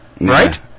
right